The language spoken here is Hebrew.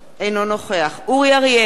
אינו נוכח אורי אריאל,